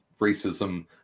racism